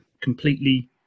completely